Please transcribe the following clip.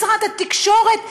משרד התקשורת,